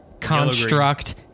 Construct